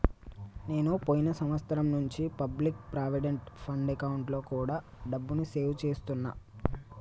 నేను పోయిన సంవత్సరం నుంచి పబ్లిక్ ప్రావిడెంట్ ఫండ్ అకౌంట్లో కూడా డబ్బుని సేవ్ చేస్తున్నా